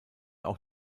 auch